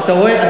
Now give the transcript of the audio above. אתה רואה.